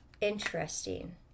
interesting